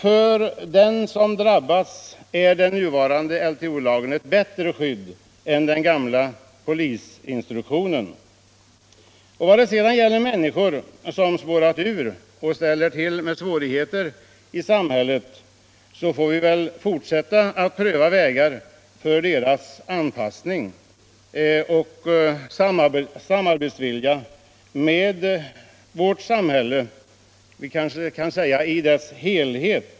För den som drabbas är den nuvarande LTO ett bättre skydd än den gamla polisinstruktionen. Vad gäller människor som spårat ur och ställer till med svårigheter i samhället så får vi väl fortsätta att pröva vägar för deras anpassning och vilja att samarbeta med vårt samhälle — vi kanske kan säga i dess helhet.